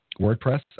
WordPress